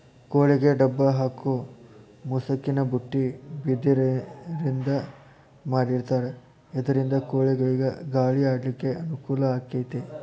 ಕೋಳಿಗೆ ಡಬ್ಬ ಹಾಕು ಮುಸುಕಿನ ಬುಟ್ಟಿ ಬಿದಿರಿಂದ ಮಾಡಿರ್ತಾರ ಇದರಿಂದ ಕೋಳಿಗಳಿಗ ಗಾಳಿ ಆಡ್ಲಿಕ್ಕೆ ಅನುಕೂಲ ಆಕ್ಕೆತಿ